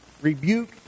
rebuke